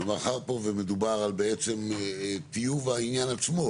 מאחר שפה מדובר בעצם על טיוב העניין עצמו.